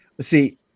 See